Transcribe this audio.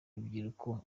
rubyiruko